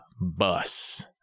bus